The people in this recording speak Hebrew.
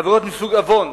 עבירות מסוג עוון,